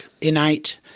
innate